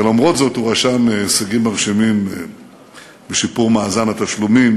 למרות זאת הוא רשם הישגים מרשימים בשיפור מאזן התשלומים,